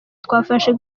twafashe